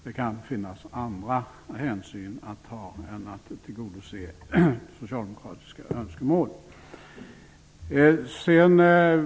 Det kan finnas andra hänsyn att ta än att tillgodose socialdemokratiska önskemål.